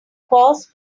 cause